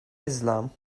islam